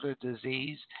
disease